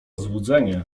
złudzenie